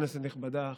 כנסת נכבדה,